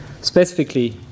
Specifically